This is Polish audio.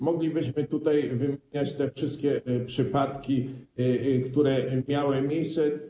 Moglibyśmy tutaj wymieniać te wszystkie przypadki, które miały miejsce.